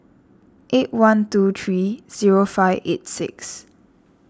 eight one two three zero five eight six